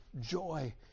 joy